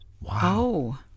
Wow